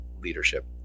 leadership